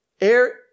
Air